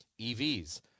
EVs